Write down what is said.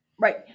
Right